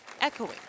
echoing